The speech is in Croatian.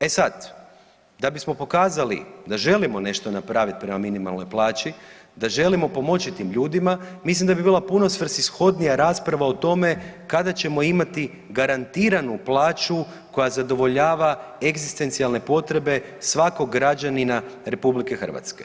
E sad, da bismo pokazali da želimo nešto napraviti prema minimalnoj plaći, da želimo pomoći tim ljudima, mislim da bi bila puno svrsishodnija rasprava o tome kada ćemo imati garantiranu plaću koja zadovoljava egzistencijalne potrebe svakog građanina RH.